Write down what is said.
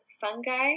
Fungi